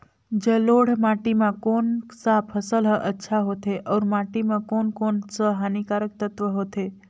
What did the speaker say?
जलोढ़ माटी मां कोन सा फसल ह अच्छा होथे अउर माटी म कोन कोन स हानिकारक तत्व होथे?